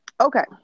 Okay